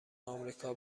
آمریکا